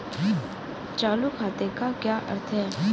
चालू खाते का क्या अर्थ है?